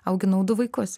auginau du vaikus